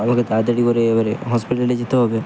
আমাকে তাড়াতাড়ি করে এবারে হসপিটালে যেতে হবে